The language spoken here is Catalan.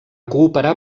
cooperar